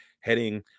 heading